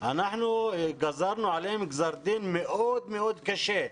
ואנחנו גזרנו עליהם גזר דין מאוד מאוד קשה.